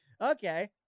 okay